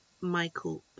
Michael